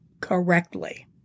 correctly